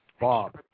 Bob